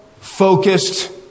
focused